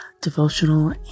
Devotional